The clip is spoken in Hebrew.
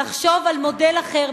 לחשוב על מודל אחר,